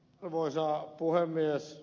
arvoisa puhemies